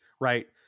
right